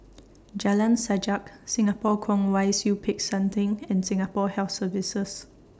Jalan Sajak Singapore Kwong Wai Siew Peck San Theng and Singapore Health Services